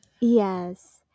Yes